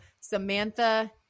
samantha